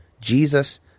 Jesus